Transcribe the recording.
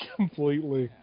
Completely